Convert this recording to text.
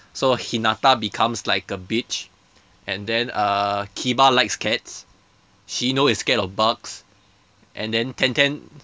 so hinata becomes like a bitch and then uh kiba likes cats shino is scared of bugs and then ten ten